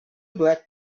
black